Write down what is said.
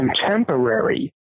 contemporary